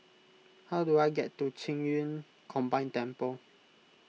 how do I get to Qing Yun Combined Temple